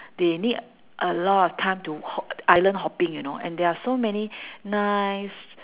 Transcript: they need a lot of time to hop island hopping you know and there are so many nice